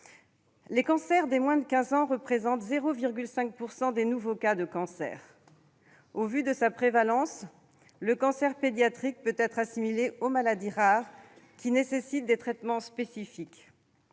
Les cancers des moins de quinze ans représentent 0,5 % des nouveaux cas de cancers. Au vu de sa prévalence, le cancer pédiatrique peut être assimilé aux maladies rares qui nécessitent des traitements spécifiques.